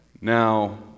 Now